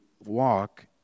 walk